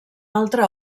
altre